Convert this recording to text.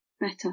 better